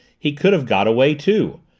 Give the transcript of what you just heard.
he could have got away, too.